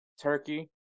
Turkey